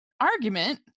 argument